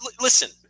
listen